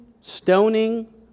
stoning